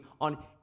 on